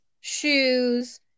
shoes